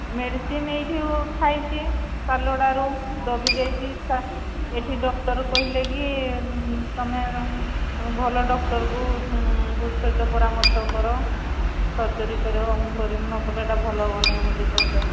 medicine ଏଇଠୁ ଖାଇଛି ପାଲଡ଼ାରୁ ଦବି ଯାଇଛି ଏଠି ଡକ୍ଟର କହିଲେ କିି ତୁମେ ଭଲ ଡକ୍ଟରକୁ ସହିତ ପରାମର୍ଶ କର ସର୍ଜରୀ କର ମୁଁ କରିବି ନକଲେ ଏଟା ଭଲ ହେବନାହିଁ ବୋଲି କହିଲେ